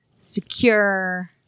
secure